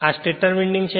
આ stator winding છે